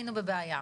הייתם בבעיה.